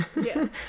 Yes